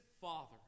Father